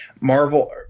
Marvel